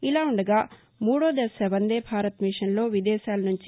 ఇలా ఉండగా మూడో దశ వందేభారత్ మిషన్లో విదేశాల నుంచి